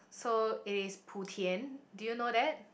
so it is Putien do you know that